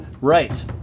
Right